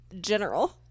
general